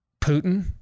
Putin